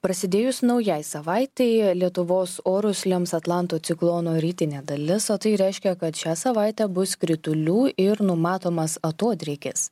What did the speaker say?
prasidėjus naujai savaitei lietuvos orus lems atlanto ciklono rytinė dalis o tai reiškia kad šią savaitę bus kritulių ir numatomas atodrėkis